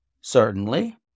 Certainly